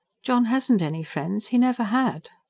john hasn't any friends. he never had.